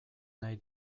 nahi